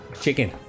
Chicken